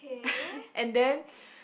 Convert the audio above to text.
and then